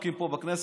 הכנסת.